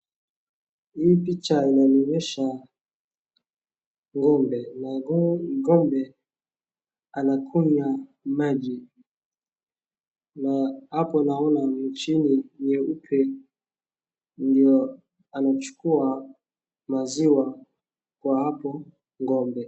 Hii picha inanionyesha ng'ombe. Na ng'ombe anakunywa maji na hapo naona chini nyeupe ndio anachukua maziwa kwa hapo ng'ombe.